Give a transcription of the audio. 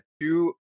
two